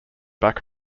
back